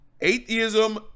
Atheism